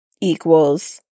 equals